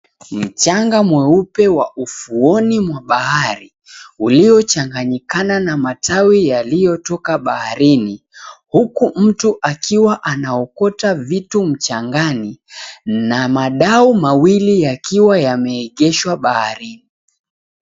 Mchanga mweupe wa ufuoni mwa bahari ulio changanyik𝑎𝑛a na matawi yaliyotoka baharini. Huku mtu akiwa anaokota vitu mchangani, na madau mawili yakiwa yameegeshwa baharini.